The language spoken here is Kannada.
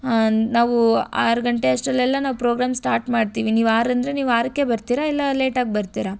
ಹಾಂ ನಾವು ಆರು ಗಂಟೆ ಅಷ್ಟರಲ್ಲೆಲ್ಲ ನಾವು ಪ್ರೋಗ್ರಾಮ್ ಸ್ಟಾರ್ಟ್ ಮಾಡ್ತೀವಿ ನೀವು ಆರು ಅಂದರೆ ನೀವು ಆರಕ್ಕೆ ಬರ್ತೀರಾ ಇಲ್ಲ ಲೇಟಾಗಿ ಬರ್ತೀರಾ